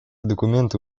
документы